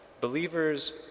believers